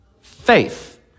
faith